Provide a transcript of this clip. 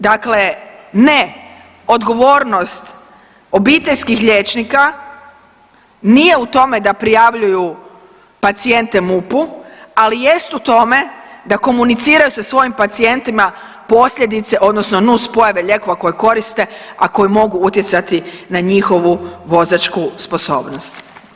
Dakle, ne odgovornost obiteljskih liječnika nije u tome da prijavljuju pacijente MUP-u ali jest u tome da komuniciraju sa svojim pacijentima posljedice odnosno nuspojave lijekova koje koriste, a koji mogu utjecati na njihovu vozačku sposobnost.